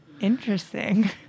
Interesting